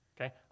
okay